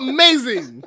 Amazing